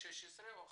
או 2015,